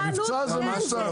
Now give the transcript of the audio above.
מבצע זה מבצע.